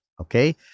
okay